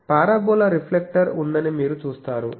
కాబట్టి parabola reflector ఉందని మీరు చూస్తారు